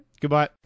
Goodbye